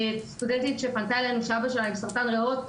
סטודנטית שפנתה אלינו, שאבא שלה עם סרטן ריאות.